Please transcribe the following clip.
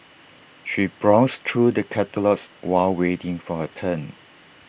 she browsed through the catalogues while waiting for her turn